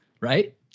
right